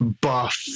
buff